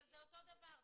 אבל זה אותו הדבר,